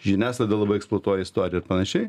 žiniasklaida labai eksploatuoja istoriją ir panašiai